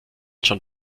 schon